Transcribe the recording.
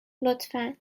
لطفا